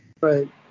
Right